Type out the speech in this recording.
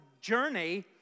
journey